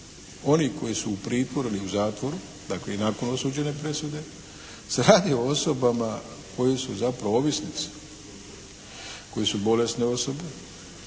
onih koji su u pritvoru ili u zatvoru, dakle i nakon osuđene presude, se radi o osobama koje su zapravo ovisnici, koji su bolesne osobe,